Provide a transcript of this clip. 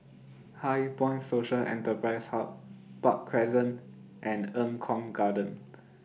HighPoint Social Enterprise Hub Park Crescent and Eng Kong Garden